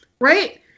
right